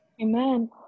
Amen